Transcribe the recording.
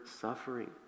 suffering